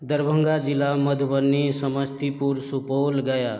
दरभंगा जिला मधुबनी समस्तीपुर सुपौल गया